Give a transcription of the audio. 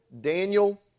Daniel